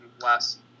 last